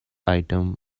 item